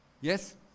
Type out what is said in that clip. Yes